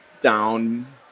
down